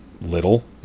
little